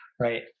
right